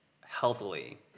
healthily